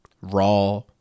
raw